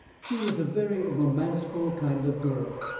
she was a very romanceful kind of girl.